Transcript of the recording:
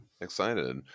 excited